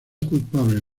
culpable